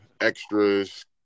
extras